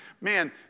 Man